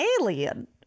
alien